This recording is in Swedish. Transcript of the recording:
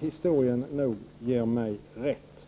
Historien ger mig nog rätt.